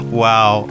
wow